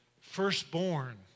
firstborn